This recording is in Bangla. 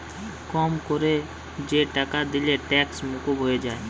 কম কোরে যে টাকা দিলে ট্যাক্স মুকুব হয়ে যায়